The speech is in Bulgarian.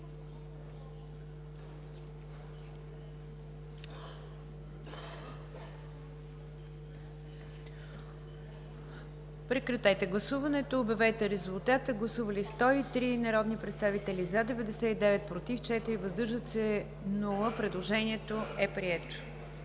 Прекратете гласуването и обявете резултата. Гласували 212 народни представители: за 177, против 1, въздържали се 34. Предложението е прието.